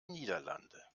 niederlande